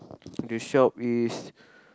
the shop is